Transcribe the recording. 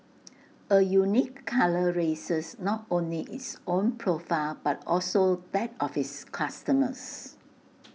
A unique colour raises not only its own profile but also that of its customers